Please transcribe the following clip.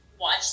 watch